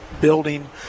building –